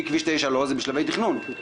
מכביש 9 לא, זה בשלבי תכנון.